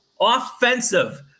offensive